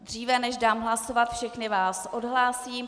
Dříve než dám hlasovat, všechny vás odhlásím.